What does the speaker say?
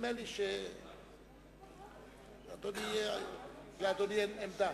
אפשר שזה יירשם.